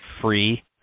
free